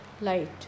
light